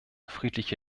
friedliche